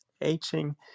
aging